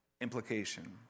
implication